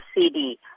CD